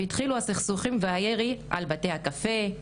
והתחילו הסכסוכים והירי על בתי הקפה,